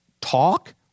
talk